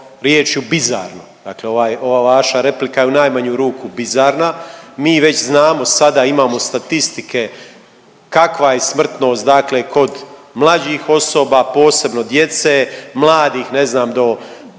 rječju bizarno. Dakle ovaj, ova vaša replika je u najmanju ruku bizarna. Mi već znamo sada imamo statistike kakva je smrtnost dakle kod mlađih osoba, posebno djece, mladih ne znam do